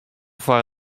foar